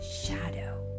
shadow